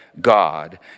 God